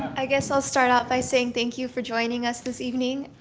i guess i'll start off by saying thank you for joining us this evening.